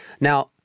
Now